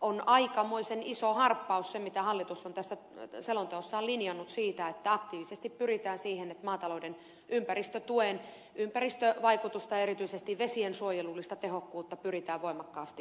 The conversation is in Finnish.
on aikamoisen iso harppaus se mitä hallitus on tässä selonteossaan linjannut että aktiivisesti pyritään siihen että maatalouden ympäristötuen ympäristövaikutusta erityisesti vesiensuojelullista tehokkuutta pyritään voimakkaasti parantamaan